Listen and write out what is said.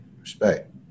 respect